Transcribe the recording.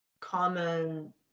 common